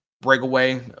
breakaway